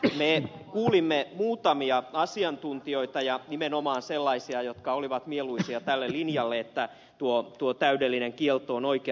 me kuulimme muutamia asiantuntijoita ja nimenomaan sellaisia joille oli mieluisa tämä linja että tuo täydellinen kielto on oikea